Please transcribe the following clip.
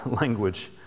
language